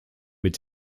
mit